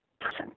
person